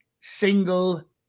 single